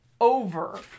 over